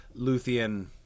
Luthien